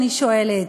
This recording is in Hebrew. אני שואלת,